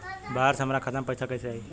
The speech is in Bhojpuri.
बाहर से हमरा खाता में पैसा कैसे आई?